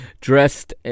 dressed